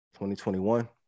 2021